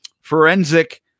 forensic